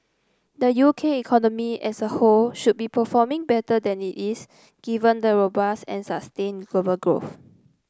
the U K economy as a whole should be performing better than it is given the robust and sustained global growth